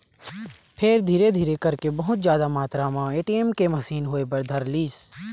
फेर धीरे धीरे करके बहुत जादा मातरा म ए.टी.एम के मसीन होय बर धरलिस